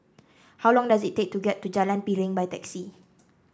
how long does it take to get to Jalan Piring by taxi